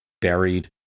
buried